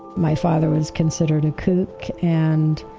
my father was considered a kook, and